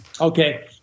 Okay